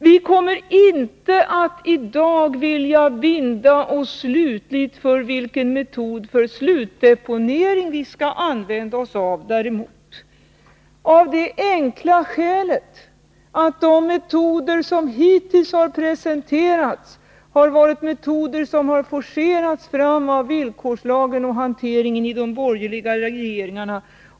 Vi vill däremot inte i dag binda oss för vilken metod för slutdeponering som vi skall använda oss av, av det enkla skälet att de metoder som hittills har presenterats har forcerats fram av villkorslagen och hanteringen i de borgerliga regeringarna.